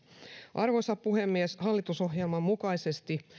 arvoisa puhemies hallitusohjelman mukaisesti